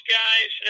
guys